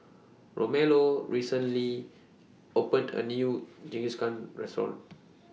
Romello recently opened A New Jingisukan Restaurant